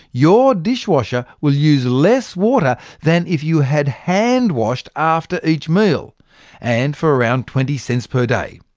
your dishwasher will use less water than if you had hand-washed after each meal and for around twenty cents per day.